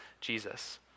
Jesus